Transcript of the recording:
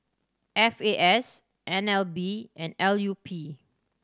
F A S N L B and L U P